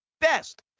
best